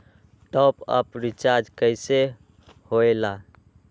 Top up recharge कइसे होएला?